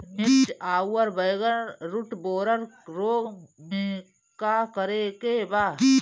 मिर्च आउर बैगन रुटबोरर रोग में का करे के बा?